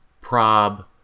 Prob